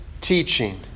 teaching